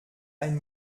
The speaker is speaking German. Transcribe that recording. ein